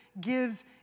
gives